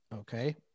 Okay